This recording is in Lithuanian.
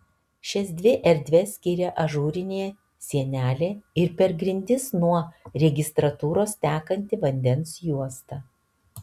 šias dvi erdves skiria ažūrinė sienelė ir per grindis nuo registratūros tekanti vandens juosta